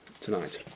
tonight